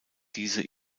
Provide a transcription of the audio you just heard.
diese